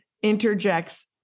interjects